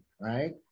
right